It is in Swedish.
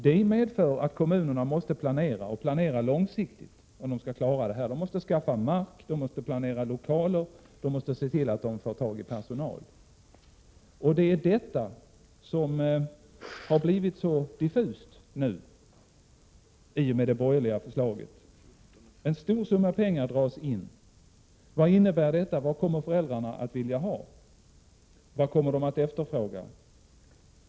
Det medför att kommunerna måste planera, och planera långsiktigt, om de skall klara det. De måste skaffa mark, de måste planera lokaler, och de måste se till att de får tag i personal. Detta har nu, i och med det borgerliga förslaget, blivit mycket diffust. En stor summa pengar dras in. Vad innebär detta — vad kommer föräldrarna att vilja ha, vad kommer de att efterfråga?